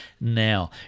now